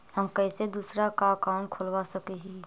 हम कैसे दूसरा का अकाउंट खोलबा सकी ही?